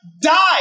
die